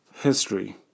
History